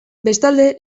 bestalde